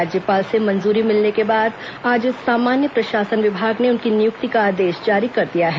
राज्यपाल से मंजूरी मिलने के बाद आज सामान्य प्रशासन विभाग ने उनकी नियुक्ति का आदेश जारी कर दिया है